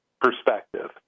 perspective